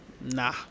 nah